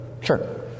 Sure